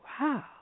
wow